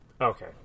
Okay